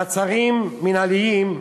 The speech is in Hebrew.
מעצרים מינהליים,